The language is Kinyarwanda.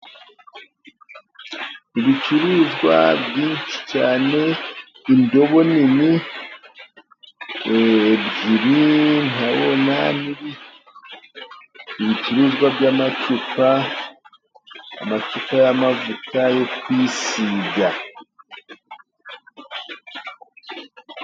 Ibicuruzwa byinshi cyane indobo nini ebyiri, ibicuruzwa by'amacupa amacupa y'amavuta yo kwisiga.